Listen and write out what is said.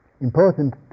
important